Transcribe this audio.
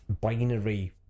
binary